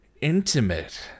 intimate